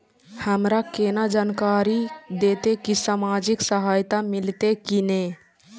हमरा केना जानकारी देते की सामाजिक सहायता मिलते की ने?